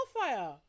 fire